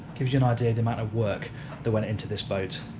gives you an idea of the amount of work that went into this boat,